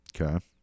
Okay